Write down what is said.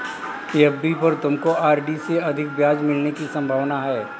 FD पर तुमको RD से अधिक ब्याज मिलने की संभावना है